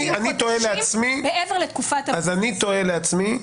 ל-30 חודשים מעבר לתקופת --- אז אני תוהה לעצמי: